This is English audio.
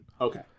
Okay